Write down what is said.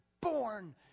born